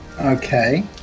okay